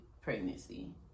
pregnancy